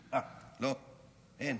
אין,